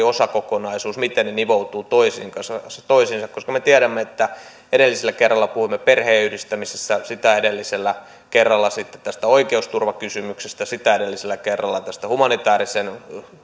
osakokonaisuudesta miten ne nivoutuvat toisiinsa me tiedämme että edellisellä kerralla puhuimme perheenyhdistämisestä sitä edellisellä kerralla tästä oikeusturvakysymyksestä sitä edellisellä kerralla tästä humanitäärisen